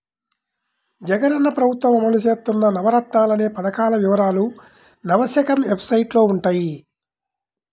జగనన్న ప్రభుత్వం అమలు చేత్తన్న నవరత్నాలనే పథకాల వివరాలు నవశకం వెబ్సైట్లో వుంటయ్యి